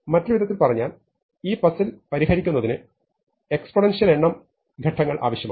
മറ്റൊരു വിധത്തിൽ പറഞ്ഞാൽ ഈ പസിൽ പരിഹരിക്കുന്നതിന് എക്സ്പൊനെൻഷ്യൽ എണ്ണം ഘട്ടങ്ങൾ ആവശ്യമാണ്